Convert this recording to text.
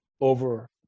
over